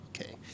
Okay